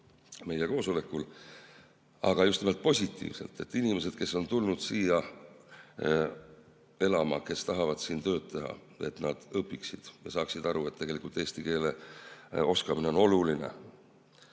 meie koosolekul. Aga just nimelt positiivselt, et inimesed, kes on tulnud siia elama, kes tahavad siin tööd teha, õpiksid ja saaksid aru, et eesti keele oskamine on oluline.